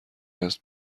دست